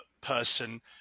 person